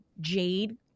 jade